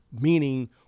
meaning